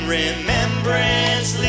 remembrance